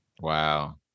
Wow